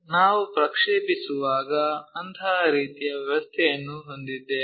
ನಾವು ಪ್ರಕ್ಷೇಪಿಸುವಾಗ ಅಂತಹ ರೀತಿಯ ವ್ಯವಸ್ಥೆಯನ್ನು ಹೊಂದಿದ್ದೇವೆ